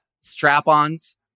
strap-ons